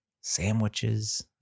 sandwiches